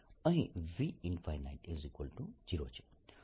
અહીં v0 છે